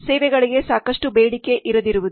ಸೇವೆಗಳಿಗೆ ಸಾಕಷ್ಟು ಬೇಡಿಕೆ ಇರದಿರುವುದು